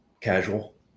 casual